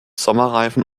sommerreifen